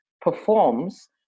performs